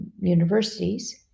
universities